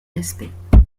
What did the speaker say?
respect